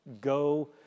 go